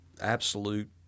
absolute